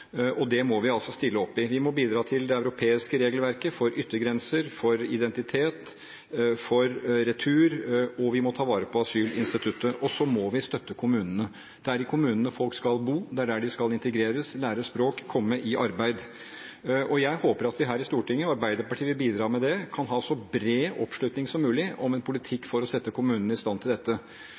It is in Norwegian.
og den må vi altså stille opp i. Vi må bidra til det europeiske regelverket for yttergrenser, for identitet, for retur, og vi må ta vare på asylinstituttet. Og så må vi støtte kommunene. Det er i kommunene folk skal bo, det er der de skal integreres, lære språk, komme i arbeid. Jeg håper at vi her i Stortinget – Arbeiderpartiet vil bidra med det – kan ha så bred oppslutning som mulig om en politikk for å sette kommunene i stand til dette.